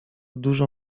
dużo